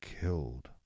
killed